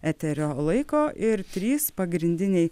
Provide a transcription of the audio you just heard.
eterio laiko ir trys pagrindiniai